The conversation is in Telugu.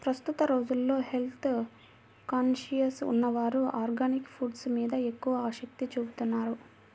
ప్రస్తుత రోజుల్లో హెల్త్ కాన్సియస్ ఉన్నవారు ఆర్గానిక్ ఫుడ్స్ మీద ఎక్కువ ఆసక్తి చూపుతున్నారు